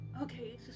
Okay